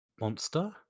Monster